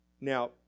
Now